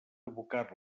abocar